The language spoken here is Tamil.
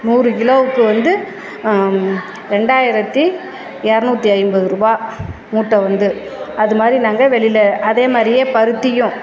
நூறு கிலோவுக்கு வந்து ரெண்டாயிரத்தி இரநூத்தி ஐம்பதுரூபா மூட்டை வந்து அது மாதிரி நாங்கள் வெளியில் அதே மாதிரியே பருத்தியும்